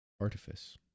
artifice